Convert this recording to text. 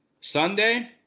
sunday